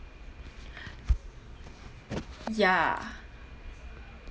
ya